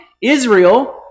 Israel